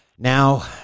Now